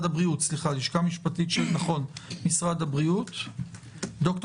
וד"ר